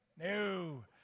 No